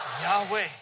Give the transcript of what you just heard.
Yahweh